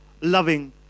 loving